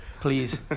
please